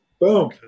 Boom